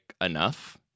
enough